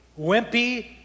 wimpy